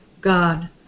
God